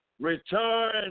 return